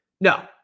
No